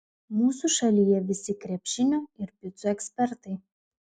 mūsų šalyje visi krepšinio ir picų ekspertai